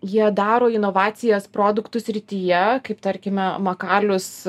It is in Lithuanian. jie daro inovacijas produktų srityje kaip tarkime makalius